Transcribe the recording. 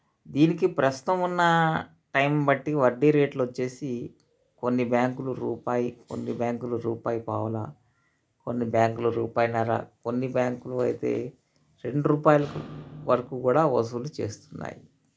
దీనికి ప్రస్తుతం ఉన్న టైం బట్టి వడ్డీ రేట్లు వచ్చేసి కొన్ని బ్యాంకులు రూపాయి కొన్ని బ్యాంకులు రూపాయి పావలా కొన్ని బ్యాంకులు రూపాయిన్నర కొన్ని బ్యాంకులు అయితే రెండు రూపాయలకు వరకు కూడా వసూలు చేస్తున్నాయి